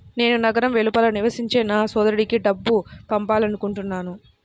నేను నగరం వెలుపల నివసించే నా సోదరుడికి డబ్బు పంపాలనుకుంటున్నాను